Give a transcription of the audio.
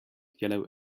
yellow